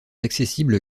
accessible